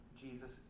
Jesus